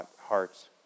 hearts